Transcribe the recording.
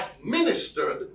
administered